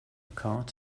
card